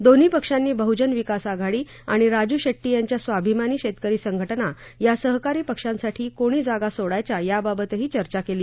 दोन्ही पक्षांनी बहुजन विकास आघाडी आणि राजू शेट्टी यांच्या स्वाभिमानी शेतकरी संघटना या सहकारी पक्षांसाठी कोणी जागा सोडायच्या याबाबतही चर्चा केली